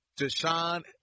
Deshaun –